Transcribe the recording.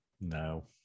No